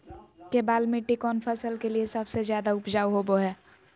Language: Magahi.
केबाल मिट्टी कौन फसल के लिए सबसे ज्यादा उपजाऊ होबो हय?